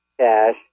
Cash